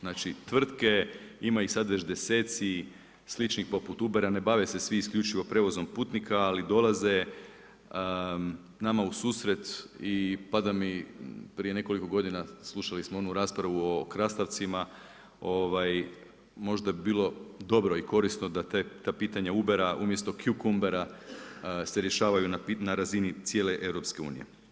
Znači tvrtke, ima ih sada već desetci sličnih poput Ubera, ne bave se svi isključivo prijevozom putnika ali dolaze nama u susret i pada mi prije nekoliko godina, slušali som onu raspravu o krastavcima, možda bi bilo dobro i korisno da ta pitanja Ubera, umjesto … [[Govornik se ne razumije]] se rješavaju na razini cijele EU.